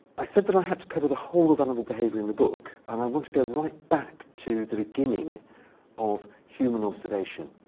i said that i had to cover the whole of animal behavior in the book, and i want to go right back to the beginning of human observation.